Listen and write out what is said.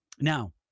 Now